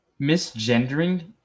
Misgendering